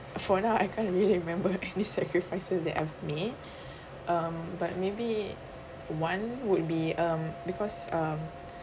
for now I can't really remember any sacrifices that I've made um but maybe one would be um because um